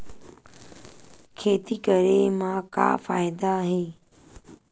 खेती करे म का फ़ायदा हे?